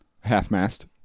Half-mast